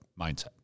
mindset